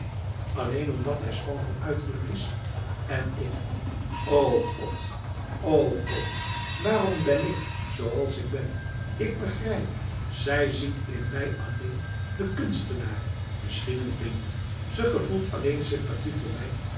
alleen omdat hij schoon van uiterlijk is en ik o god o god waarom ben ik zooals ik ben ik begrijp zij ziet in mij alleen den kunstenaar misschien een vriend ze gevoelt alleen sympathie voor mij